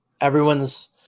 everyone's